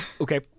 Okay